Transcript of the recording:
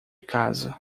casa